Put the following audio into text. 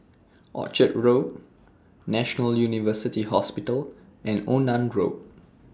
Orchard Road National University Hospital and Onan Road